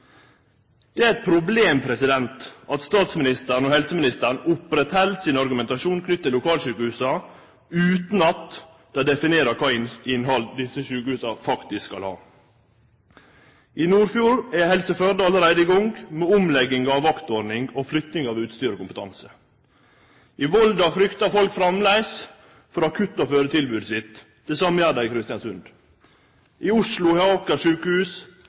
Det er eit problem at statsministeren og helseministeren opprettheld sin argumentasjon knytt til lokalsjukehusa utan at dei definerer kva innhald desse sjukehusa faktisk skal ha. I Nordfjord er Helse Førde allereie i gang med omlegging av vaktordning og flytting av utstyr og kompetanse. I Volda fryktar folk framleis for akutt- og fødetilbodet sitt. Det same gjer dei i Kristiansund. I Oslo har